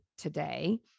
Today